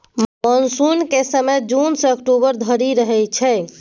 मानसुनक समय जुन सँ अक्टूबर धरि रहय छै